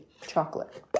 chocolate